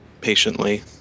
patiently